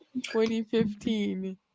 2015